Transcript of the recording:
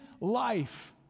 life